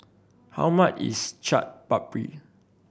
how much is Chaat Papri